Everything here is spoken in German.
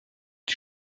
die